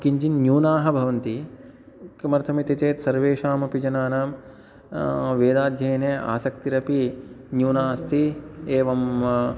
किञ्चिन्न्यूनाः भवन्ति किमर्थमिति चेत् सर्वेषामपि जनानां वेदाध्ययने आसक्तिरपि न्यूना अस्ति एवम्